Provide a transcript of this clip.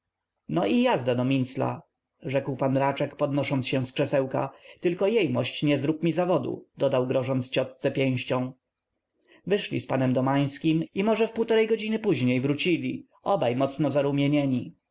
to i jazda do mincla rzekł p raczek podnosząc się z krzesełka tylko jejmość nie zrób mi zawodu dodał grożąc ciotce pięścią wyszli z p domańskim i może w półtory godziny wrócili obaj mocno zarumienieni